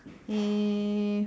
eh